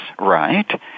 right